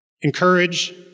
encourage